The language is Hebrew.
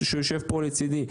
שיושב פה לצדי,